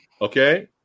Okay